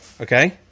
Okay